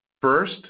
First